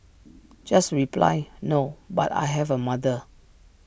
just reply no but I have A mother